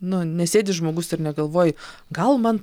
nu nesėdi žmogus ir negalvoji gal man